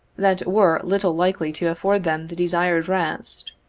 that were little likely to afford them the desired rest.